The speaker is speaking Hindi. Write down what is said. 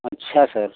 अच्छा सर